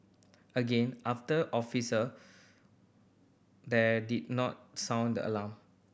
again after officer there did not sound the alarm